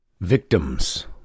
Victims